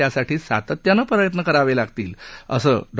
त्यासाठी सातत्यानं प्रयत्न करावे लागतील असं डॉ